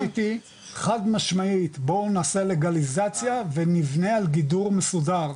אני לדעתי חד משמעית בואו נעשה לגליזציה ונבנה על גידור מסודר,